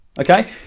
Okay